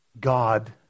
God